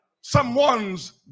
someone's